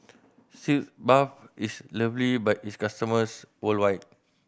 Sitz Bath is lovely by its customers worldwide